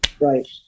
Right